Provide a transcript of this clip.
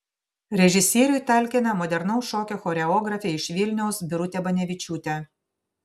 režisieriui talkina modernaus šokio choreografė iš vilniaus birutė banevičiūtė